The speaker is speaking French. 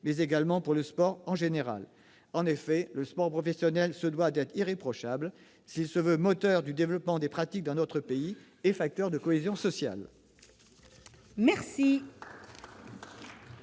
mais également pour le sport en général. En effet, le sport professionnel se doit d'être irréprochable s'il veut être le moteur du développement des pratiques sportives dans notre pays et un facteur de cohésion sociale. La